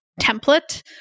template